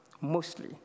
mostly